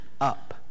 up